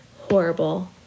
horrible